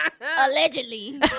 Allegedly